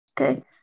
Okay